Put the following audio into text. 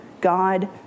God